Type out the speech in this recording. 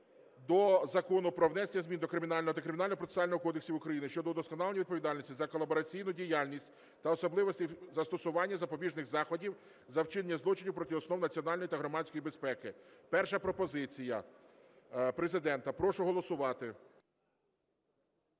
до Закону "Про внесення змін до Кримінального та Кримінального процесуального кодексів України щодо удосконалення відповідальності за колабораційну діяльність та особливостей застосування запобіжних заходів за вчинення злочинів проти основ національної та громадської безпеки". Перша пропозиція Президента. Прошу голосувати.